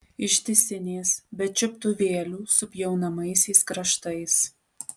ištisinės be čiuptuvėlių su pjaunamaisiais kraštais